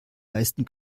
leisten